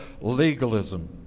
legalism